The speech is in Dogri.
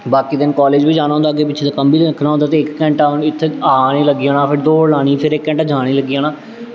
बाकी दिन कालज बी जाना होंदा अग्गें पिच्छें दे कम्म बी दिक्खना होंदा ते इक घैंटा हून इत्थै आ आने गी लग्गी जाना फिर दौड़ लानी फिर इक घैंटा जाने गी लग्गी जाना